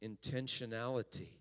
intentionality